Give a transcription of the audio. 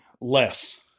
less